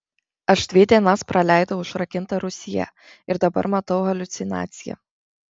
aš dvi dienas praleidau užrakinta rūsyje ir dabar matau haliucinaciją